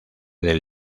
del